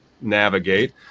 navigate